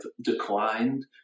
declined